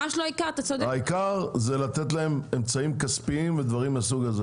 העיקר זה לתת להם אמצעים כספיים וכו'.